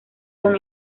con